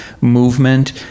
movement